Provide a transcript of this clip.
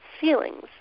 feelings